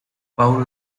paul